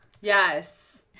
Yes